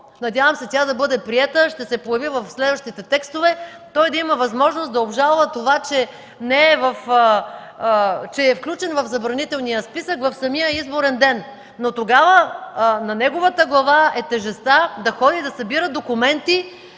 надявам се тя да бъде приета, ще се появи в следващите текстове – той да има възможност да обжалва това, че е включен в забранителния списък в самия изборен ден. Но тогава на неговата глава е тежестта да ходи да събира документи,